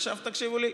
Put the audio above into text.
עכשיו תקשיבו לי.